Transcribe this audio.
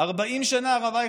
40 שנה, הרב אייכלר.